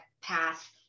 path